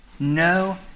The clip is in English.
No